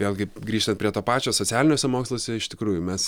vėlgi grįžtant prie to pačio socialiniuose moksluose iš tikrųjų mes